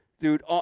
dude